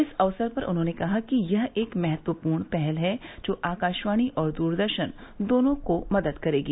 इस अवसर पर उन्होंने कहा कि यह एक महत्वपूर्ण पहल है जो आकाशवाणी और दूरदर्शन दोनों को मदद करेगी